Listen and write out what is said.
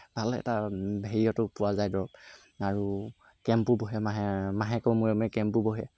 ভাল এটা হেৰিয়াতো পোৱা যায় দৰৱ আৰু কেম্পো বহে মাহে মাহেকৰ মূৰে মূৰে কেম্পো বহে